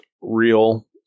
real